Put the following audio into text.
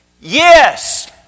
Yes